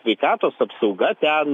sveikatos apsauga ten